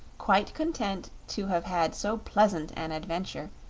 quite content to have had so pleasant an adventure,